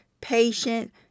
patient